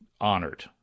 honored